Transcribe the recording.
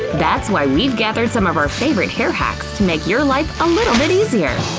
that's why we've gathered some of our favorite hair hacks to make your life a little bit easier.